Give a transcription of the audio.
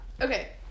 Okay